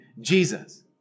Jesus